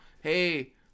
hey